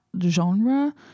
genre